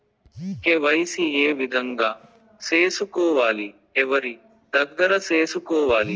KYC ఏ విధంగా సేసుకోవాలి? ఎవరి దగ్గర సేసుకోవాలి?